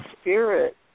spirit